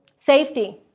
Safety